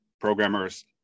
programmers